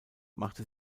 machte